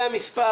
זה המספר.